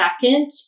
second